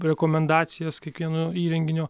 rekomendacijas kiekvieno įrenginio